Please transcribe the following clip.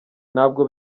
ntabwo